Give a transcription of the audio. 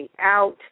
out